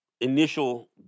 initial